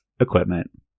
Equipment